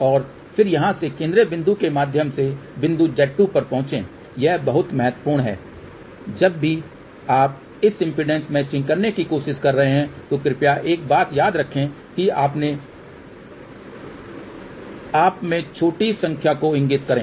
और फिर यहां से केंद्रीय बिंदु के माध्यम से बिंदु z2 पर पहुंचे यह बहुत महत्वपूर्ण है जब भी आप इस इम्पीडेन्स मैचिंग करने की कोशिश कर रहे हैं तो कृपया एक बात याद रखे कि अपने आप में छोटी संख्या को इगिंत करे